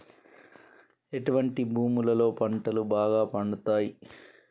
ఎటువంటి భూములలో పంటలు బాగా పండుతయ్?